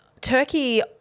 Turkey